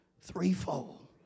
threefold